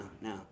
no